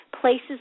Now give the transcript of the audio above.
places